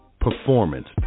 Performance